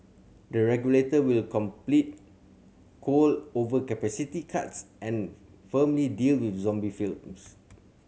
the regulator will complete coal overcapacity cuts and firmly deal with zombie firms